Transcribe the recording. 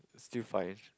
still fine